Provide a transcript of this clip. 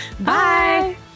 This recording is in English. Bye